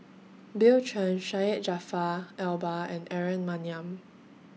Bill Chen Syed Jaafar Albar and Aaron Maniam